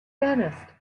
dentist